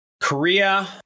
Korea